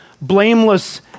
blameless